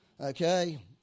Okay